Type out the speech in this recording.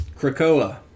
Krakoa